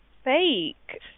fake